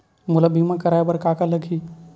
मोला बीमा कराये बर का का लगही?